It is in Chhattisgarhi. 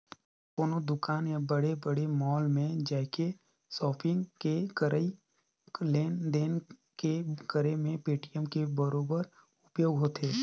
कोनो दुकान या बड़े बड़े मॉल में जायके सापिग के करई लेन देन के करे मे पेटीएम के बरोबर उपयोग होथे